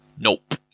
nope